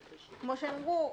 כפי שהם אמרו,